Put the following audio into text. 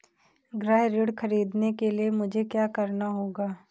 गृह ऋण ख़रीदने के लिए मुझे क्या करना होगा?